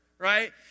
right